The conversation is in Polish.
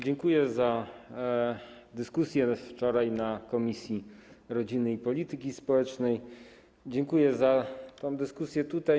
Dziękuję za dyskusję wczoraj, na posiedzeniu komisji rodziny i polityki społecznej, dziękuję za tę dyskusję tutaj.